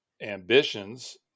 ambitions